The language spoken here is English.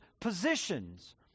positions